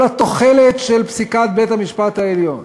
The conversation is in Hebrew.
כל התוחלת של פסיקת בית-המשפט העליון,